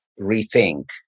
rethink